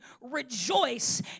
rejoice